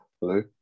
Hello